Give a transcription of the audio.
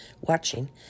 watching